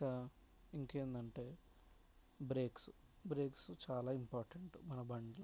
ఇంకా ఇంకేందంటే brakes brakes చాలా ఇంపార్టెంట్ మన బండిలో